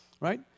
right